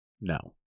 No